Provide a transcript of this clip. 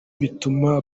bituma